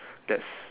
that's